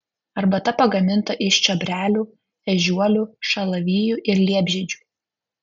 arbata pagaminta iš čiobrelių ežiuolių šalavijų ir liepžiedžių